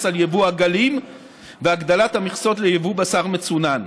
על יבוא עגלים והגדלת המכסות ליבוא בשר מצונן.